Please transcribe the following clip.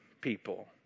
people